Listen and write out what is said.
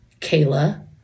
Kayla